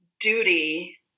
duty